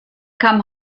kam